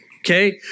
Okay